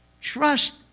trust